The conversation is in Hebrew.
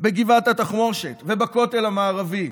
בגבעת התחמושת ובכותל המערבי,